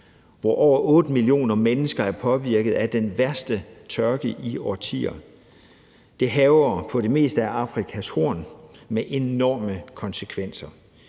hvor over 8 millioner mennesker er påvirket af den værste tørke i årtier. Tørken hærger på det meste af Afrikas Horn og har enorme konsekvenser.